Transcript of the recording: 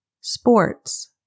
Sports